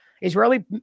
Israeli